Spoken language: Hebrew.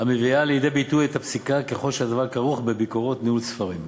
המביאה לידי ביטוי את הפסיקה ככל שהדבר כרוך בביקורות ניהול ספרים.